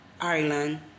Ireland